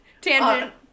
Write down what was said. tangent